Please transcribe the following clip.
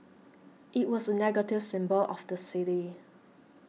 it was a negative symbol of the city